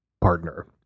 partner